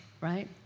right